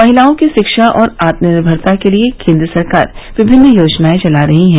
महिलाओं की शिक्षा और आत्मनिर्भरता के लिए केंद्र सरकार विभिन्न योजनाए चला रही है